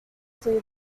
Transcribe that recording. clear